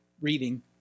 reading